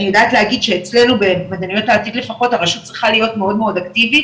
אני יודעת להגיד שאצלנו לפחות הרשות צריכה להיות מאוד אקטיבית